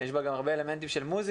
יש בה גם אלמנטים של מוזיקה,